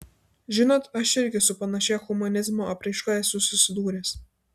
žinot aš irgi su panašia humanizmo apraiška esu susidūręs